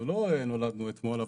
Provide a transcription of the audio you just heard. לא נולדנו אתמול.